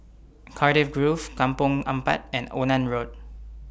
Cardiff Grove Kampong Ampat and Onan Road